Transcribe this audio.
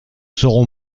saurons